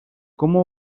cómo